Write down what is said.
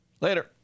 Later